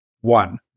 one